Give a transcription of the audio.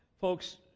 folks